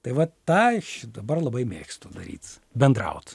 tai vat tą aš dabar labai mėgstu daryt bendraut